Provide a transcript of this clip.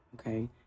okay